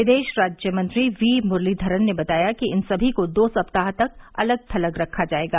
विदेश राज्य मंत्री वीमुरलीधरन ने बताया कि इन समी को दो सप्ताह तक अलग थलग रखा जाएगा